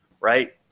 Right